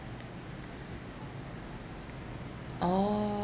oh